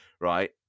right